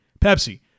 Pepsi